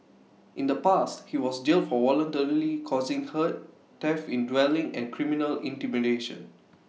in the past he was jailed for voluntarily causing hurt theft in dwelling and criminal intimidation